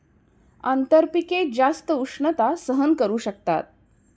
आंतरपिके जास्त उष्णता सहन करू शकतात